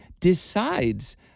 decides